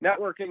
networking